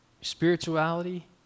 spirituality